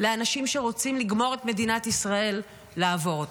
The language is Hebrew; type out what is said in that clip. לאנשים שרוצים לגמור את מדינת ישראל לעבור אותו.